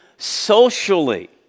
Socially